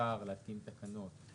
לשר להתקין תקנות.